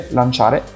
lanciare